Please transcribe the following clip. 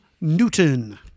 Newton